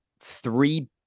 three